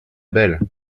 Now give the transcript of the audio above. belle